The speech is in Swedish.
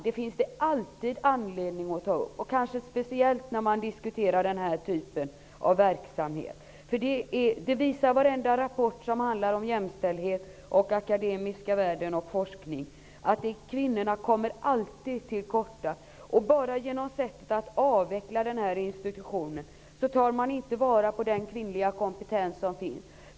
Det finns alltid anledning att ta upp jämställdhetsfrågorna, speciellt kanske när man diskuterar den här typen av verksamhet. Varenda rapport om jämställdhet, akademiska världen och forskning visar att kvinnorna alltid kommer till korta. Bara genom sättet att avveckla denna institution tar man inte till vara den kvinnliga kompetens som finns.